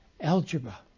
algebra